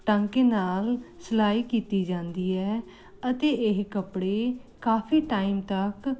ਟਾਂਕੇ ਨਾਲ ਸਿਲਾਈ ਕੀਤੀ ਜਾਂਦੀ ਹੈ ਅਤੇ ਇਹ ਕੱਪੜੇ ਕਾਫੀ ਟਾਈਮ ਤੱਕ